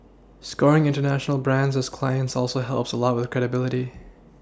scoring international brands as clients also helps a lot with a credibility